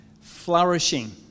flourishing